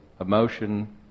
emotion